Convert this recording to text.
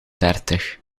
dertig